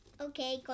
Okay